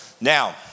Now